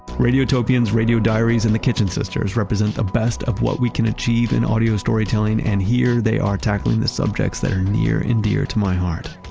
radiotopians, radio diaries, and the kitchen sisters represent the best of what we can achieve in audio storytelling and here they are tackling the subjects that are near and dear to my heart.